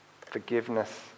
Forgiveness